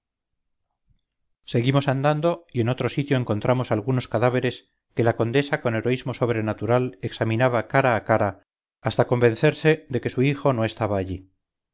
seguimos andando y en otro sitio encontramos algunos cadáveres que la condesa con heroísmo sobrenatural examinaba cara a cara hasta convencerse de que su hijo no estaba allí